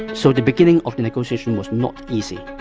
and so the beginning of negotiation was not easy